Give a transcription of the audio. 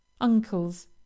uncles